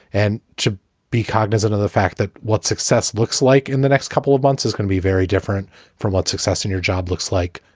and to be cognizant of the fact that what success looks like in the next couple of months is going to be very different from what success in your job looks like.